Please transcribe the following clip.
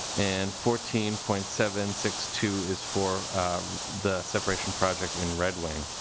and fourteen point seven six two is for the separation project in redwing.